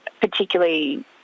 particularly